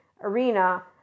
arena